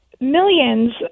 millions